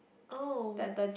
oh